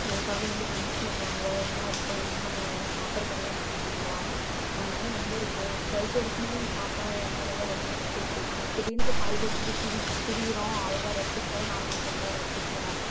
எனக்காக வந்து பனிஷ்மெண்ட் வாங்குவாள் ஒன்றா இருப்பாள் எங்கே போனாலும் சாப்பிட போனாலும் எனக்கு ஊட்டிவிடுவா அதனால் ரொம்ப இருக்கும் டுவல்த்து வரைக்குமே என் பாப்பாவை என் கூட தான் ஒன்றா தான் ஸ்கூல் போய்ட்டு இருந்தோம் திடீர்னு இப்போ காலேஜ் வரும்போது பிரி பிரிகிறோம் அவள் வேற இடத்துக்கு போறாள் நான் வேற இட வேற இடத்துக்கு போகிறோம்